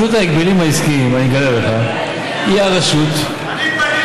עכשיו, זה בטל